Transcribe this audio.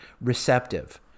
receptive